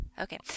okay